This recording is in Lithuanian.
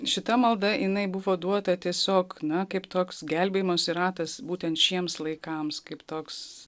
šita malda jinai buvo duota tiesiog na kaip toks gelbėjimosi ratas būtent šiems laikams kaip toks